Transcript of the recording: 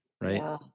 right